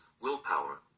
willpower